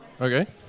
Okay